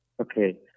Okay